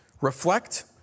Reflect